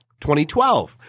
2012 –